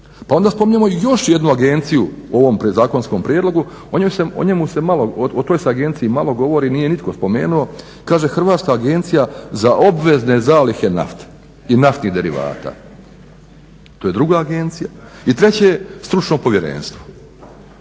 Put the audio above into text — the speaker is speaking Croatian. pa onda spominjemo još jednu agenciju u ovom zakonskom prijedlogu, o toj se agenciji malo govori, nije nitko spomenuo. Kaže Hrvatska agencija za obvezne zalihe nafte i naftnih derivata. To je druga agencija i treće je stručno povjerenstvo.